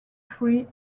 free